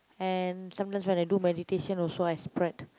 and sometimes when I do meditation also I spread